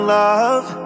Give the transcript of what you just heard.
love